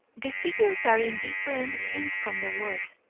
the figures are in different ink from the words.